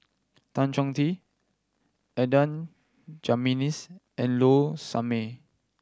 Tan Chong Tee Adan Jimenez and Low Sanmay